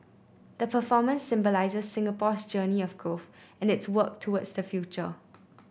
the performance symbolises Singapore's journey of growth and its work towards the future